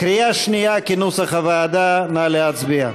קריאה שנייה, כנוסח הוועדה, נא להצביע.